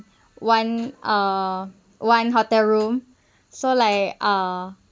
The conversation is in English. one uh one hotel room so like uh